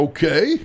Okay